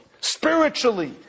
spiritually